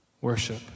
worship